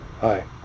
Hi